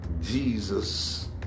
Jesus